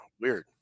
Weird